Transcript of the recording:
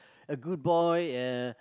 a good boy uh